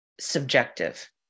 subjective